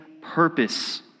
purpose